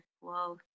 wow